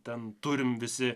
ten turim visi